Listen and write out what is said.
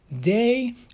Day